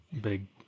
big